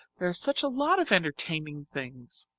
there are such a lot of entertaining things.